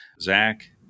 Zach